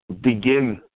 begin